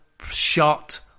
shot